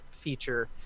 feature